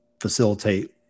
facilitate